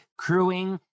crewing